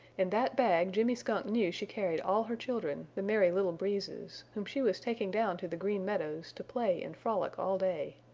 in that bag jimmy skunk knew she carried all her children, the merry little breezes, whom she was taking down to the green meadows to play and frolic all day.